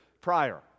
prior